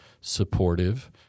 supportive